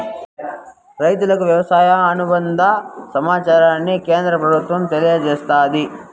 రైతులకు వ్యవసాయ అనుబంద సమాచారాన్ని కేంద్ర ప్రభుత్వం తెలియచేస్తాది